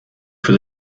for